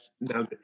now